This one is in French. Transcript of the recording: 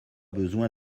besoin